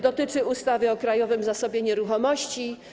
Dotyczy ona ustawy o Krajowym Zasobie Nieruchomości.